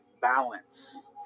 balance